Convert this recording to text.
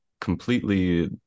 completely